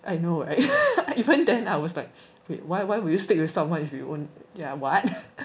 I know [right] even then I was like why why would you stick with someone if you won't yeah what